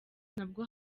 nabwo